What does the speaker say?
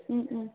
ꯎꯝ ꯎꯝ